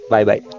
Bye-bye